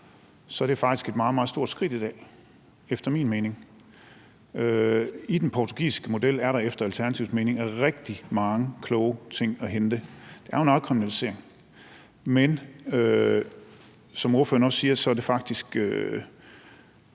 mening et meget, meget stort skridt i dag. I den portugisiske model er der efter Alternativets mening rigtig mange kloge ting at hente. Det er jo en afkriminalisering, men som ordføreren også siger, tror jeg faktisk,